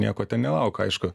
nieko ten nelauk aišku